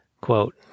Quote